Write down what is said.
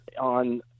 on